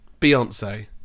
Beyonce